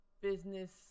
business